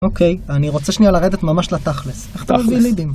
אוקיי, אני רוצה שנייה לרדת ממש לתכלס. איך אתה מביא לידים?